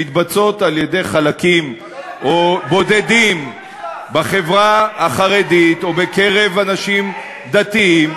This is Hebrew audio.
שמתבצעות על-ידי חלקים או בודדים בחברה החרדית או בקרב אנשים דתיים,